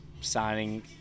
signing